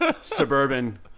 suburban